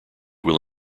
will